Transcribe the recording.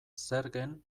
zergen